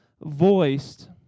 voiced